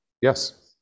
Yes